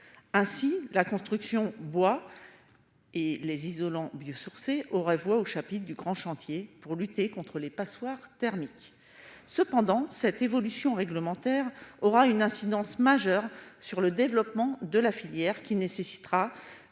ainsi la construction bois et les isolants biosourcés aura voix au chapitre du grand chantier pour lutter contre les passoires thermiques cependant cette évolution réglementaire aura une incidence majeure sur le développement de la filière qui nécessitera